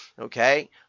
okay